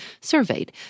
surveyed